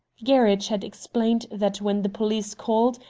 gerridge had explained that when the police called,